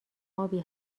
ابی